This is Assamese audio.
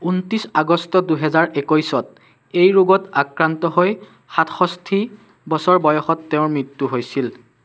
ঊনত্ৰিছ আগষ্ট দুহেজাৰ একৈছত এই ৰোগত আক্ৰান্ত হৈ সাতষষ্ঠি বছৰ বয়সত তেওঁৰ মৃত্যু হৈছিল